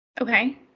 Okay